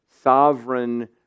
sovereign